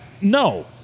no